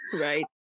Right